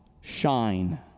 shine